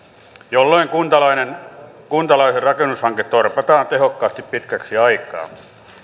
jolloin kuntalaisen kuntalaisen rakennushanke torpataan tehokkaasti pitkäksi aikaa